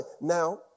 Now